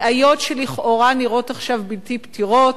בעיות שלכאורה נראות עכשיו בלתי פתירות,